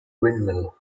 windmill